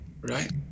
right